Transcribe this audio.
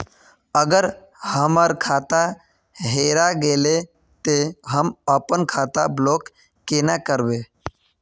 अगर हमर खाता हेरा गेले ते हम अपन खाता ब्लॉक केना करबे?